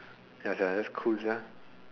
ya sia that's cool sia